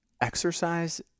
exercise